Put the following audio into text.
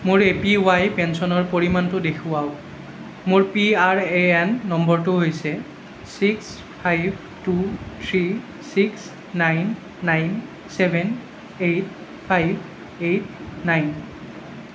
মোৰ A P Y পেঞ্চনৰ পৰিমাণটো দেখুৱাওক মোৰ পি আৰ এ এন নম্বৰটো হৈছে six five two three six nine nine seven eight five eight nine